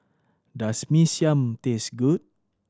does Mee Siam taste good